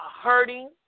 hurting